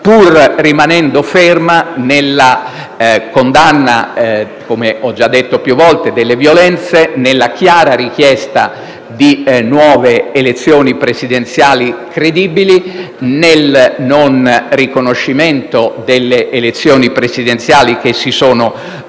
pur rimanendo ferma nella condanna, come ho già detto più volte, delle violenze, nella chiara richiesta di nuove elezioni presidenziali credibili, nel non riconoscimento delle elezioni presidenziali che si sono svolte